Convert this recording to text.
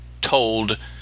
told